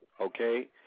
okay